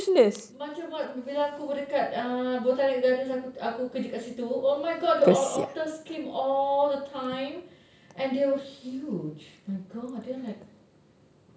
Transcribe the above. macam what bila aku dekat uh botanic gardens aku kerja kat situ oh my god the otters came all the time and they were huge my god they are like